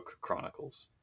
Chronicles